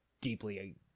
deeply